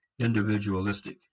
individualistic